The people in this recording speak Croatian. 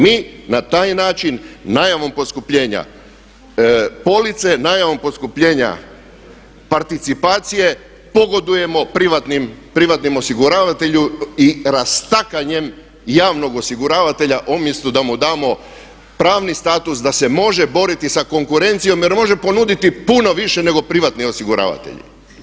Mi na taj način najavom poskupljenja police, najavom poskupljenja participacije pogodujemo privatnim osiguravateljima i rastakanjem javnog osiguravatelja umjesto da mu damo pravni status da se može boriti sa konkurencijom jer može ponuditi puno više nego privatni osiguravatelj.